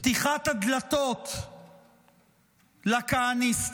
פתיחת הדלתות לכהניסטים,